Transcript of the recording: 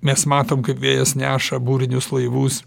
mes matom kaip vėjas neša burinius laivus